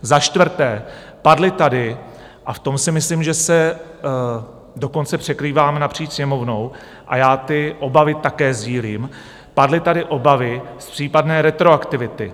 Za čtvrté: padly tady a v tom si myslím, že se dokonce překrýváme napříč Sněmovnou, a já ty obavy také sdílím padly tady obavy z případné retroaktivity.